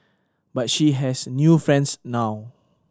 but she has new friends now